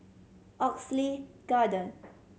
Oxley Garden